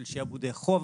של שיעבודי חוב,